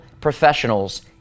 professionals